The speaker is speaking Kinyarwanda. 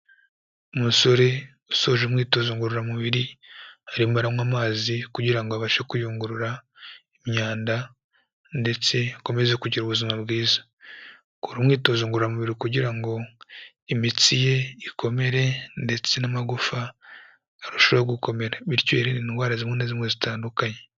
Umusore usoje imyitozo ngororamubiri arimo aranywa amazi kugira ngo abashe kuyungurura imyanda ndetse akomeze kugira ubuzima bwiza. akorara umyitozo ngororamubiri kugira ngo imitsi ye ikomere ndetse n'amagufa arusheho gukomera bityo yirinde indwara zimwe na zimwe zitandukanye.